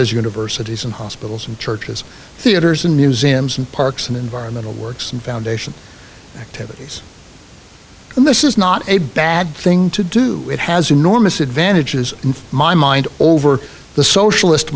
as universities and hospitals and churches theatres and museums and parks and environmental works and foundation activities and this is not a bad thing to do it has enormous advantages in my mind over the socialist